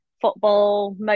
football